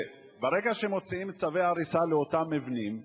שברגע שמוציאים צווי הריסה לאותם מבנים,